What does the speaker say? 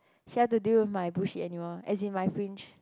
she have to deal with my bullshit anymore as in my fringe